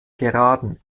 geraden